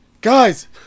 Guys